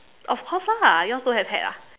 of course lah yours don't have hat ah